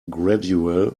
gradual